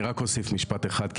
אני רק אוסיף משפט אחד,